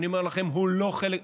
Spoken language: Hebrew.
אני אומר לכם, הוא לא חלק.